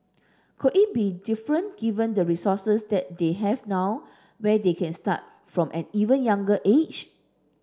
could it be different given the resources that they have now where they can start from an even younger age